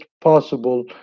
possible